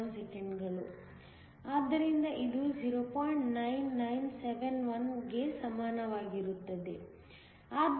9971 ಗೆ ಸಮಾನವಾಗಿರುತ್ತದೆ